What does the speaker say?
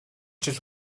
жил